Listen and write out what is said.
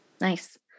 Nice